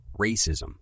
racism